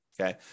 okay